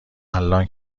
الانه